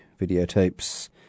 videotapes